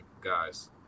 guys